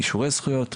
אישורי זכויות,